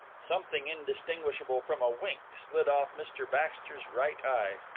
something indistinguishable from a wink slid off mr baxter's right eye.